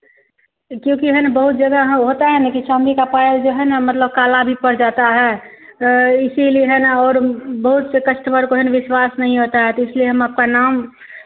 क्योंकि है ना बहुत जगह होता है ना कि चांदी का पायल जो है ना मतलब काला भी पड़ जाता है तो इसीलिए है ना और बहुत से कस्टमर को है ना विश्वास नहीं होता है तो इसलिए आपका नाम